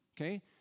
okay